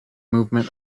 movement